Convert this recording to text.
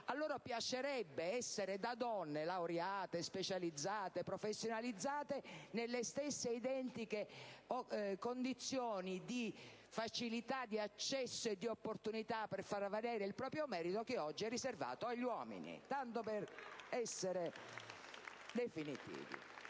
piacerebbe essere, da donne, laureate, specializzate, professionalizzate, nelle stesse identiche condizioni di facilità di accesso e di opportunità per far valere il proprio merito che oggi sono riservate agli uomini. *(Applausi dal